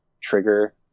trigger